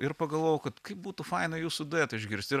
ir pagalvojau kad būtų faina jūsų duetą išgirst ir